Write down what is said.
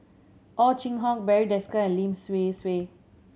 Ow Chin Hock Barry Desker and Lim Swee Say